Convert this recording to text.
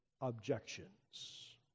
objections